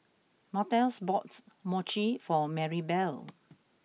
Martez bought Mochi for Marybelle